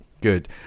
Good